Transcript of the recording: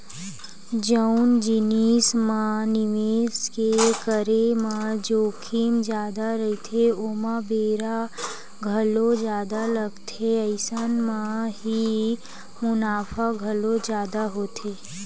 जउन जिनिस म निवेस के करे म जोखिम जादा रहिथे ओमा बेरा घलो जादा लगथे अइसन म ही मुनाफा घलो जादा होथे